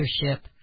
leadership